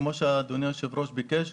כפי שאדוני היושב-ראש ביקש,